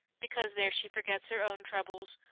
because there she forgets her own troubles,